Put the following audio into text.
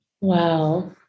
Wow